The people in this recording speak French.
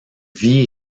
vit